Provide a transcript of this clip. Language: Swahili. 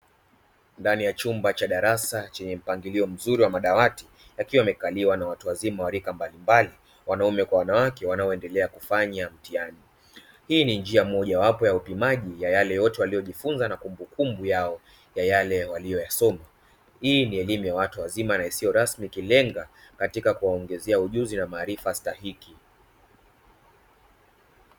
Ndani ya chumba cha darasa chenye mpangilio mzuri wa madawati yakiwa yamekaliwa na watu wazima wa rika mbalimbali wanaume kwa wanawake wanaoendelea kufanya mtihani. Hii ni njia moja wapo ya upimaji ya yale yote waliyojifunza na kumbukumbu yao ya yale waliyoyasoma, hii ni elimu ya watu wazima na isiyo rasmi ikilenga katika kuwaongezea ujuzi na maarifa stahiki.